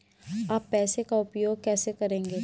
आप पैसे का उपयोग कैसे करेंगे?